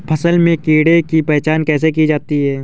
फसल में कीड़ों की पहचान कैसे की जाती है?